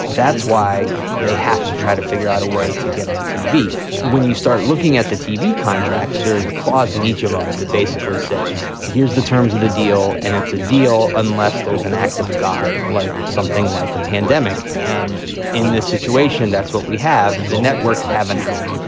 that's why they have to try to figure out a way to get on tv. when you start looking at the tv contracts, there is a clause in each of them that basically says, here's the terms of the deal and it's a deal unless there's an act of god like something like a pandemic. and in this situation, that's what we have. the networks have an out.